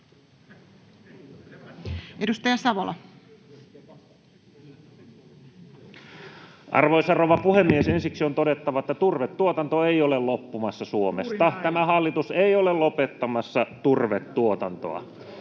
Edustaja Savola. Arvoisa rouva puhemies! Ensiksi on todettava, että turvetuotanto ei ole loppumassa Suomesta. Tämä hallitus ei ole lopettamassa turvetuotantoa,